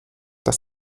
das